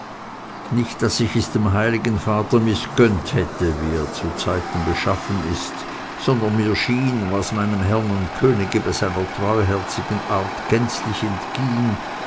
nicht daß ich es dem heiligen vater mißgönnt hätte wie er zuzeiten beschaffen ist sondern mir schien was meinem herrn und könige bei seiner treuherzigen art gänzlich entging